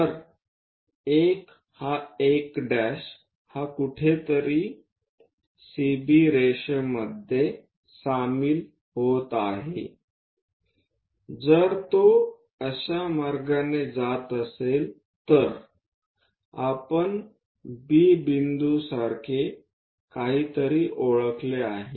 तर 1 हा 1' हा कुठेतरी CB रेषेमध्ये सामील होत आहे जर तो अशा मार्गाने जात असेल तर आपण B बिंदूसारखे काहीतरी ओळखले आहे